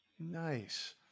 Nice